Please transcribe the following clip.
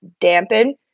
dampen